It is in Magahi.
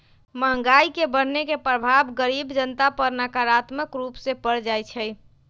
महंगाई के बढ़ने के प्रभाव गरीब जनता पर नकारात्मक रूप से पर जाइ छइ